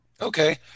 Okay